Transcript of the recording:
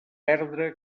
perdre